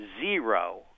zero –